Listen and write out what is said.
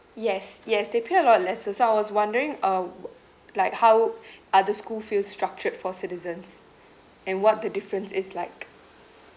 yes yes they pay a lot lesser so I was wondering uh like how are the school fee structured for citizens and what the difference is like